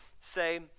say